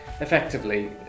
effectively